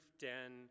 den